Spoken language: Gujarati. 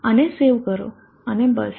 આને સેવ કરો અને બસ